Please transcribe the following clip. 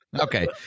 Okay